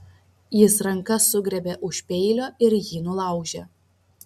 jis ranka sugriebė už peilio ir jį nulaužė